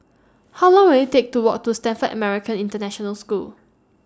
How Long Will IT Take to Walk to Stamford American International School